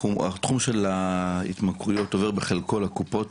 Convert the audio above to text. התחום של ההתמכרויות עובר בחלקו לקופות